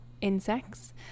insects